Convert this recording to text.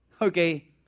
okay